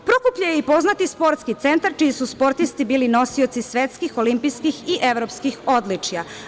Prokuplje je i poznati sportski centar, čiji su sportisti bili nosioci svetskih, olimpijskih i evropskih odličja.